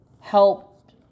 helped